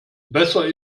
besser